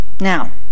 Now